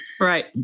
Right